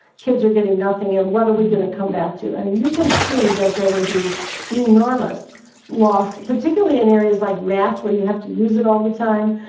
kids are getting nothing. and what are we gonna come back to? and you can see that there would be enormous loss, particularly in areas like math where you have to use it all the time.